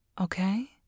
Okay